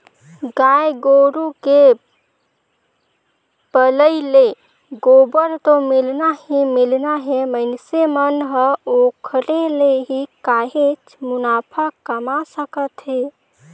गाय गोरु के पलई ले गोबर तो मिलना ही मिलना हे मइनसे मन ह ओखरे ले ही काहेच मुनाफा कमा सकत हे